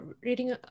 reading